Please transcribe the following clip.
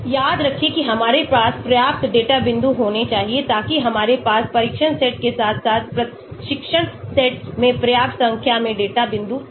याद रखें कि हमारे पास पर्याप्त डेटा बिंदु होने चाहिए ताकि हमारे पास परीक्षण सेट के साथ साथ प्रशिक्षण सेट में पर्याप्त संख्या में डेटा बिंदु हों